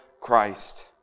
Christ